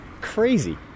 Crazy